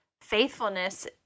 faithfulness